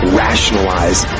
rationalize